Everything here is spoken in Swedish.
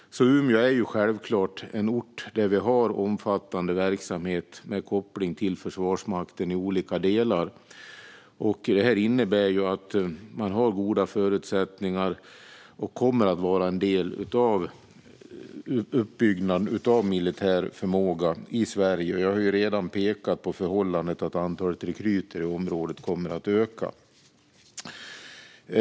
Umeå är alltså självklart en ort där vi har omfattande verksamhet med koppling till Försvarsmakten i olika delar. Detta innebär att man har goda förutsättningar och kommer att vara en del av uppbyggnaden av militär förmåga i Sverige. Jag har redan pekat på förhållandet att antalet rekryter i området kommer att öka.